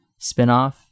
spinoff